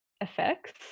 effects